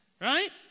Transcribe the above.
right